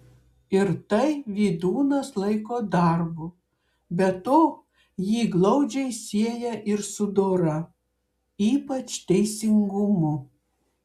ir tai vydūnas laiko darbu be to jį glaudžiai sieja ir su dora ypač teisingumu